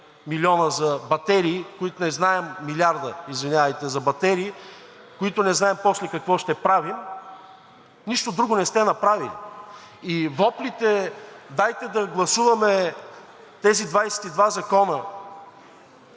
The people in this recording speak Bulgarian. милиарда за батерии, които не знаем после какво ще правим, нищо друго не сте направили. И воплите – дайте да гласуваме тези 22 закона,